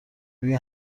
روی